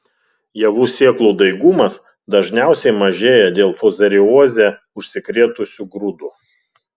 javų sėklų daigumas dažniausiai mažėja dėl fuzarioze užsikrėtusių grūdų